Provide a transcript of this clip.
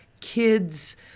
kids